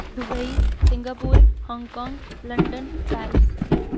Dubai Singapore Hong Kong London Paris